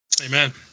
Amen